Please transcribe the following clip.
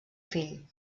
fill